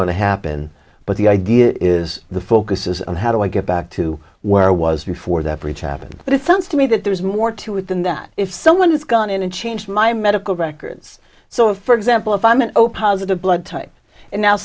going to happen but the idea is the focus is on how do i get back to where i was before that breach happened but it sounds to me that there's more to it than that if someone has gone in and changed my medical records so if for example if i'm an opossum the blood type and now